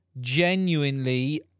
Genuinely